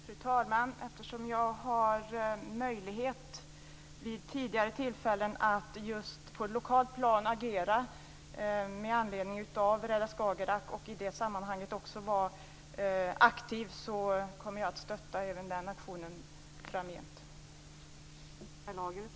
Fru talman! Eftersom jag vid tidigare tillfällen haft möjlighet att agera på det lokala planet med anledning av Rädda Skagerrak och var aktiv i det sammanhanget, kommer jag även att stötta den aktionen framgent.